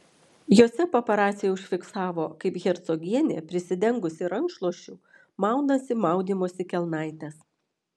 jose paparaciai užfiksavo kaip hercogienė prisidengusi rankšluosčiu maunasi maudymosi kelnaites